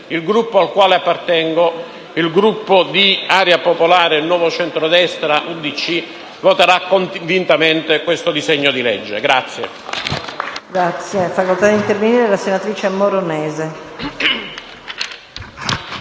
il Gruppo al quale appartengo, il Gruppo di Area Popolare, Nuovo Centro Destra e UDC, voterà convintamente questo disegno di legge.